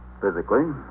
physically